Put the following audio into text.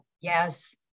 yes